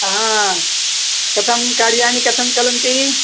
हा कथं कार्याणि कथं चलन्ति